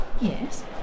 Yes